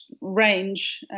range